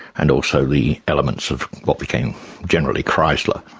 and also the elements of what became generally chrysler.